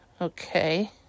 Okay